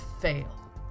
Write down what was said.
fail